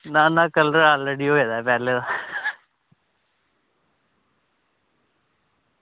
ना ना colour already होए दा पैह्लें दा